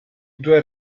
due